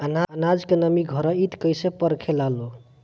आनाज के नमी घरयीत कैसे परखे लालो?